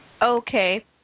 Okay